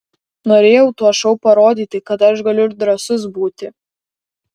norėjau tuo šou parodyti kad aš galiu ir drąsus būti